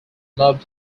loved